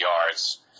yards